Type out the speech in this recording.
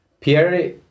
Pierre